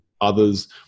others